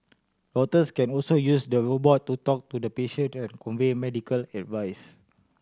doctors can also use the robot to talk to the patient and convey medical advice